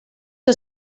que